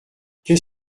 qu’est